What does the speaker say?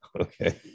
okay